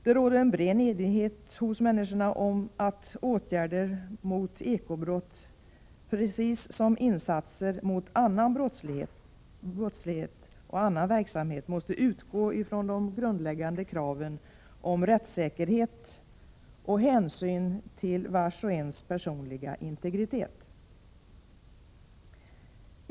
Det råder en bred enighet om att åtgärder mot eko-brott, precis som insatser mot annan brottslig verksamhet, måste utgå från de grundläggande kraven på rättssäkerhet och hänsyn till vars och ens personliga integritet.